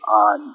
on